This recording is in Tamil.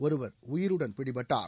ஒருவர் உயிருடன் பிடிபட்டார்